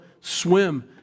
Swim